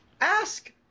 Ask